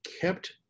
kept